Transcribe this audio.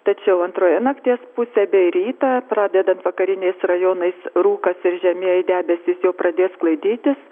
tačiau antroje nakties pusėj bei rytą pradedant vakariniais rajonais rūkas ir žemieji debesys jau pradės sklaidytis